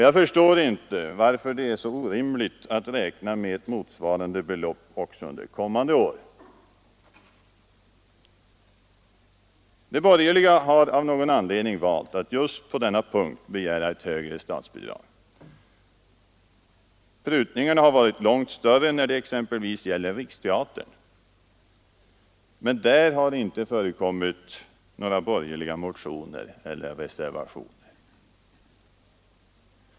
Jag förstår inte varför det är så orimligt att räkna med ett motsvarande belopp också för kommande år. De borgerliga har av någon anledning valt att just på denna punkt begära ett högre statsbidrag. Prutningarna har varit långt större när det exempelvis gäller Svenska riksteatern, men där har inte förekommit några borgerliga motioner eller reservationer.